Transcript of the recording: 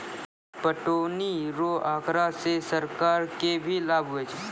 पटौनी रो आँकड़ा से सरकार के भी लाभ हुवै छै